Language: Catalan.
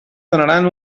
donaran